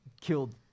killed